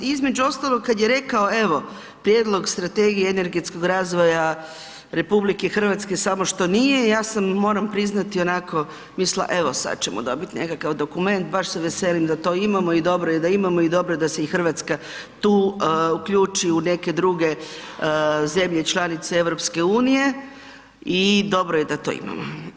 I između ostalog kad je rekao evo Prijedlog Strategije energetskog razvoja RH samo što nije, ja sam moram priznati onako mislila sad ćemo dobiti nekakav dokument baš se veselim da to imamo i dobro je da imamo i dobro je da se i Hrvatska tu uključi u neke druge zemlje članice EU i dobro je da to imamo.